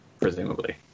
presumably